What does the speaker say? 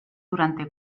durante